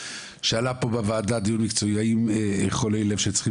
שעלה פה בוועדה דיון מקצועי האם חולי לב שצריכים